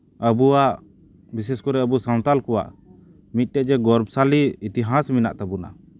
ᱟᱵᱚᱣᱟᱜ ᱵᱤᱥᱮᱥ ᱠᱚᱨᱮ ᱟᱵᱚ ᱥᱟᱱᱛᱟᱲ ᱠᱚᱣᱟᱜ ᱢᱤᱫᱴᱮᱡ ᱡᱮ ᱜᱚᱨᱵ ᱥᱟᱹᱞᱤ ᱤᱛᱤᱦᱟᱥ ᱢᱮᱱᱟᱜ ᱛᱟᱵᱚᱱᱟ